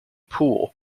pool